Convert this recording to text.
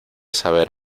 saber